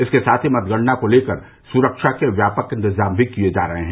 इसके साथ ही मतगणना को लेकर सुरक्षा के व्यापक इंतजाम भी किये जा रहे हैं